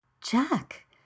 Jack